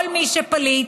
כל מי שפליט,